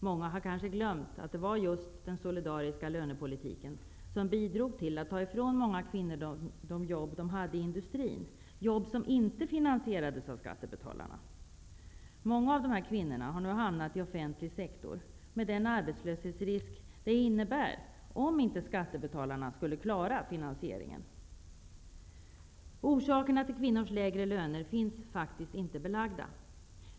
Många har kanske glömt att det var just den solidariska lönepolitiken som bidrog till att ta ifrån många kvinnor de jobb de hade i industrin -- jobb som inte finansierades av skattebetalarna. Många av dessa kvinnor har nu hamnat i offentlig sektor, med den arbetslöshetsrisk som det innebär om inte skattebetalarna skulle klara finansieringen. Orsakerna till att kvinnor har lägre löner finns faktiskt inte belagda.